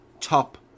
top